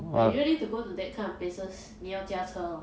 but usually to go to that kind of places 你要驾车 lor